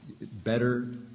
Better